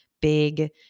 big